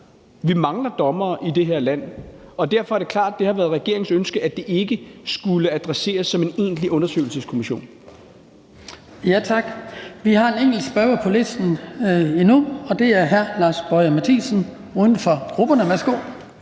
Vi mangler dommere i det her land. Og derfor er det klart, at det har været regeringens ønske, at det ikke skulle adresseres som en egentlig undersøgelseskommission. Kl. 18:06 Den fg. formand (Hans Kristian Skibby): Tak. Der er endnu en spørger på listen, og det er hr. Lars Boje Mathiesen, uden for grupperne. Værsgo.